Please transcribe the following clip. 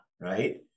Right